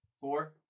four